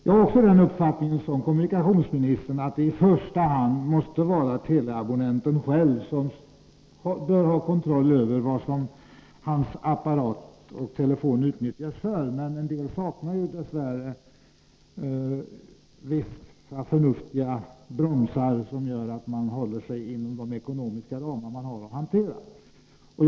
Jag delar kommunikationsministerns uppfattning, att det i första hand måste vila på teleabonnenten själv att få kontroll över hur hans telefon utnyttjas, men många saknar dess värre de förnuftiga ”bromsar” som gör att man håller sig inom de ekonomiska ramar som står en till buds.